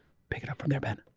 pick it up from there, ben.